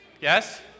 Yes